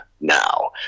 now